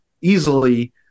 easily